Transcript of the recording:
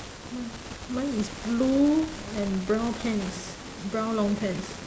mine is blue and brown pants brown long pants